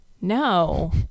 No